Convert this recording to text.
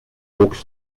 walked